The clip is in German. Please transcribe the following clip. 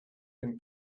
den